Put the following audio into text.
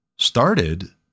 started